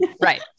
right